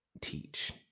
teach